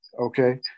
Okay